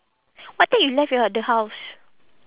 what time you left your the house